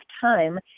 time